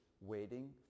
waiting